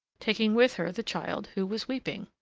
taking with her the child, who was weeping.